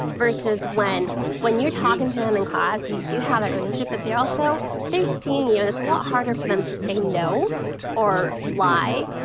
versus when when you're talking to em in class, you do have that relationship. but they're also seeing you. and it's a lot harder for them to say no or lie.